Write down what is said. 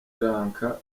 lanka